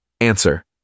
Answer